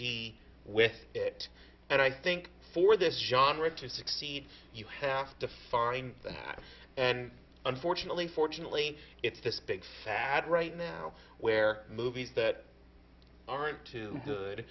with it and i think for this genre to succeed you have to find that and unfortunately fortunately it's this big fad right now where movies that aren't too good